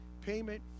payment